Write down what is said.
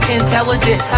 intelligent